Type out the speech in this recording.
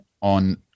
on